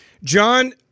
John